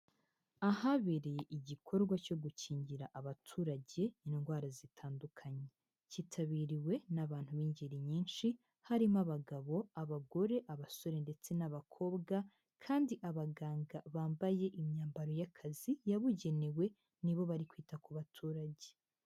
Ahabereye igikorwa cyo gukingira abaturage indwara zitandukanye, cyitabiriwe n'abantu b'ingeri nyinshi, harimo abagabo, abagore, abasore ndetse n'abakobwa, kandi abaganga bambaye imyambaro y'akazi yabugenewe nibo bari kwita ku baturage.